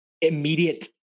immediate